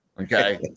Okay